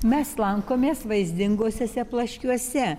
mes lankomės vaizdinguosiuose plaškiuose